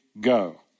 go